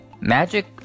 Magic